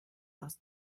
aus